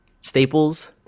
Staples